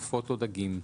עופות או דגים,".